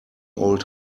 old